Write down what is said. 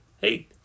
hey